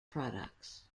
products